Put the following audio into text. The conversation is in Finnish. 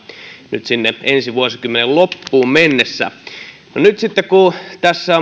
nyt sinne ensi vuosikymmenen loppuun mennessä nyt sitten kun tässä